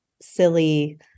silly